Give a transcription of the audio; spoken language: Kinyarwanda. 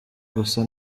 gusa